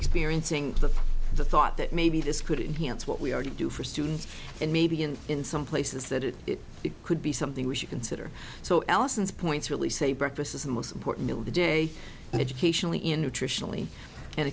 experiencing the thought that maybe this could enhanced what we already do for students and maybe and in some places that it could be something we should consider so ellison's points really say breakfast is the most important meal of the day and educational